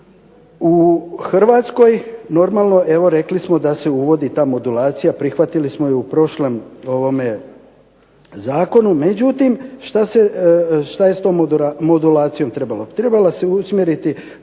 smo da se uvodi evo rekli smo da se uvodi ta modulacija, prihvatili smo ju u prošlom zakonu. Međutim što je s tom modulacijom trebalo? Trebala se usmjeriti